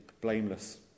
blameless